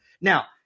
Now